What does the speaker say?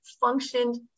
functioned